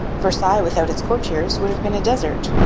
versailles without its courtiers would have been a desert.